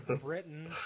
Britain